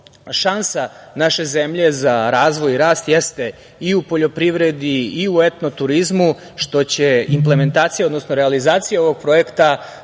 šansa naše zemlje za razvoj i rast jeste i u poljoprivredi i u etno turizmu što će implementacija, odnosno realizacija ovog projekta